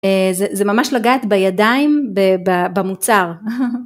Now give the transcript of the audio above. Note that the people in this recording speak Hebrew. זה ממש לגעת בידיים במוצר.